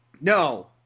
No